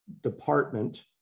department